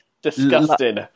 disgusting